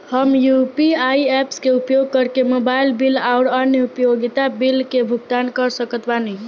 हम UPI apps के उपयोग करके मोबाइल बिल आउर अन्य उपयोगिता बिलन के भुगतान कर सकत बानी